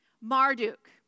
Marduk